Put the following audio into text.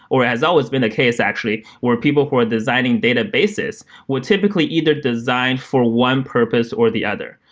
or it has always been the case actually where people who are designing databases would typically either design for one purpose or the other.